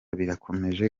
birakomeje